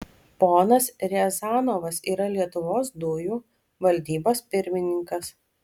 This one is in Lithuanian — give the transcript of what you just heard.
ponas riazanovas yra lietuvos dujų valdybos pirmininkas